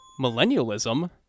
millennialism